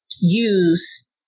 use